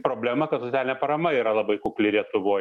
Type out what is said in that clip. problema kad socialinė parama yra labai kukli lietuvoj